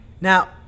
now